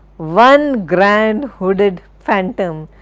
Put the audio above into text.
one grand hooded phantom,